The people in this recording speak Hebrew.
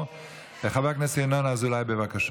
התעבורה (הגבלת תשלום דמי חניה במוסד רפואי),